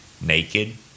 naked